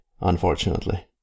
unfortunately